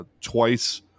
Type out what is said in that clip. twice